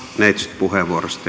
neitsytpuheenvuorosta